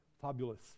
fabulous